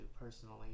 personally